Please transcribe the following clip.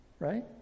right